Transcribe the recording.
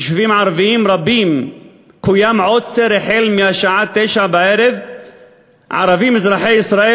ביישובים ערביים רבים קוים עוצר מהשעה 21:00. ערבים אזרחי ישראל